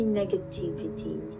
negativity